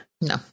No